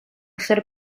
ser